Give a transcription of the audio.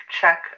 check